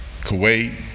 Kuwait